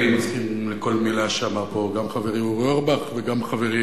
אני מסכים עם כל מלה שאמר פה גם חברי אורי אורבך וגם חברי